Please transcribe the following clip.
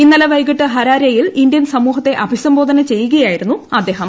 ഇന്നലെ വൈകിട്ട് ഹരാരെയിൽ ഇന്ത്യൻ സ്മൂഹത്തെ അഭിസംബോധന ചെയ്യുകയായിരുന്നു അദ്ദേഹം